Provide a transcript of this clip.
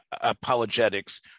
apologetics